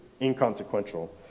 inconsequential